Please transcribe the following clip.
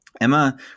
Emma